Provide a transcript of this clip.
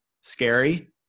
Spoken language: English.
scary